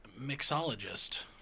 mixologist